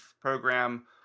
program